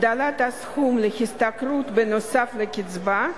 הגדלת הסכום להשתכרות בנוסף לקצבה)